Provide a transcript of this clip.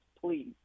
please